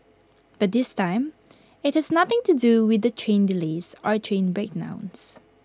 but this time IT has nothing to do with the train delays or train breakdowns